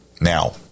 Now